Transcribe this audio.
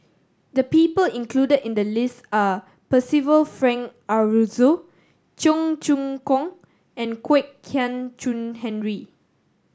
the people included in the list are Percival Frank Aroozoo Cheong Choong Kong and Kwek Hian Chuan Henry